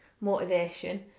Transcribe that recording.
motivation